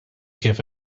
give